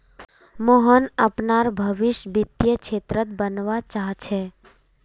मोहन अपनार भवीस वित्तीय क्षेत्रत बनवा चाह छ